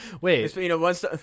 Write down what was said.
Wait